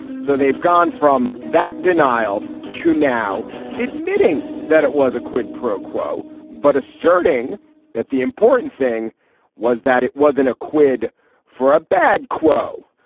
so they've gone from that denial to now admitting that it was a quid pro quo but asserting that the important thing was that it wasn't a quid for a bad quo.